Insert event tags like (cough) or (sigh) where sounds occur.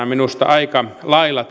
(unintelligible) minusta aika lailla (unintelligible)